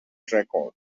record